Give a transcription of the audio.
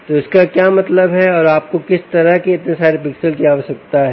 तो इसका क्या मतलब है और आपको किस तरह के इतने सारे पिक्सेल की आवश्यकता है